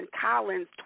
Collins